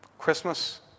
Christmas